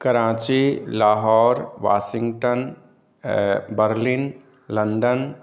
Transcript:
Karachi Lahore Washington Berlin London